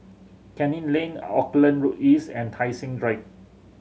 Canning Lane Auckland Road East and Tai Seng Drive